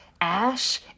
ash